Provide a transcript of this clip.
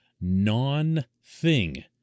non-thing